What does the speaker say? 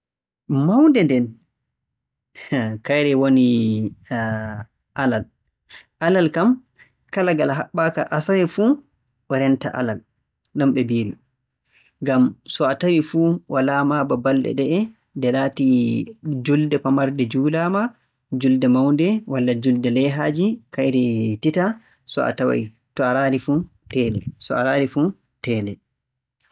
Mawnde nden! Hmn, kayre woni Alal. Alal kam, kala ngal haɓɓaaka Asawe fuu o reenta Alal. Non ɓe mbi'iri. Ngam so a tawi fuu, walaa ma ba baɗɗe ɗe'e nde laatii juulde pamarde juulaama, juulde mawnde walla juulde leyhaaji kayre titaa. To a taway - to a raari fuu teele, to a raari fuu teele.